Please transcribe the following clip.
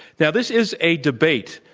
now, this is a debate.